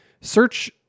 search